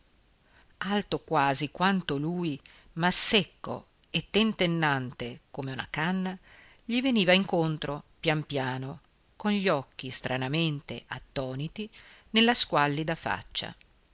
alto quasi quanto lui ma secco e tentennante come una canna gli veniva incontro pian piano con gli occhi stranamente attoniti nella squallida faccia